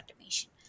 automation